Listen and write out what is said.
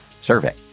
survey